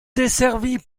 desservie